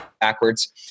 backwards